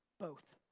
both.